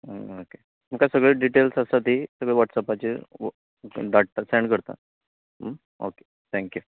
आं ओके तुमकां सगले डिटेल्स आसा ती तुमी व्हाॅटसेपाचेर धाडटा सेंड करता ओके थँक्यू